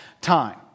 time